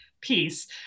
piece